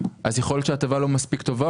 אז יכול להיות שההטבה לא מספיק טובה,